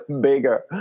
bigger